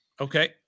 Okay